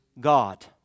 God